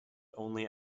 only